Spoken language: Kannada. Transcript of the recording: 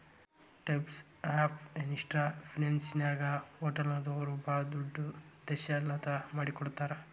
ಟೈಪ್ಸ್ ಆಫ್ ಎನ್ಟ್ರಿಪ್ರಿನಿಯರ್ಶಿಪ್ನ್ಯಾಗ ಹೊಟಲ್ದೊರು ಭಾಳ್ ದೊಡುದ್ಯಂಶೇಲತಾ ಮಾಡಿಕೊಡ್ತಾರ